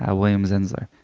ah william zinsser.